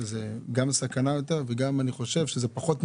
שזה גם יותר סכנה ולדעתי פחות נחוץ.